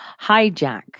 hijack